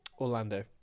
Orlando